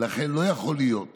לכן, לא יכול להיות